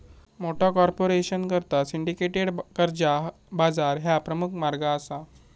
मोठ्या कॉर्पोरेशनकरता सिंडिकेटेड कर्जा बाजार ह्या प्रमुख मार्ग असा